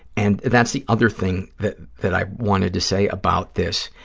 and that's the other thing that that i wanted to say about this,